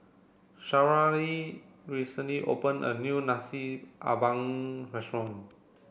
Sharyl recently opened a new Nasi Ambeng restaurant